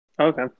Okay